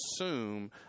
assume